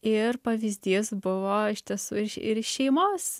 ir pavyzdys buvo iš tiesų ir ir iš šeimos